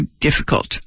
difficult